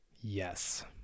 Yes